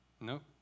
Nope